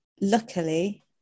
luckily